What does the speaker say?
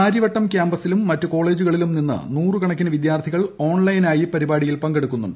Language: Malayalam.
കാര്യവട്ടം ക്യാമ്പസിലും മറ്റ് കോളേജുകളിലും നിന്ന് നൂറുകണക്കിന് വിദ്യാർത്ഥികൾ ഓൺലൈനായി പരിപാടിയിൽ പങ്കെടുക്കുന്നുണ്ട്